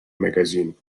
magazine